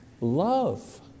love